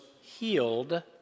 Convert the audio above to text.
healed